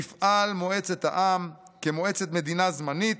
תפעל מועצת העם כמועצת מדינה זמנית,